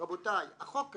החוק הזה,